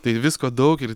tai visko daug ir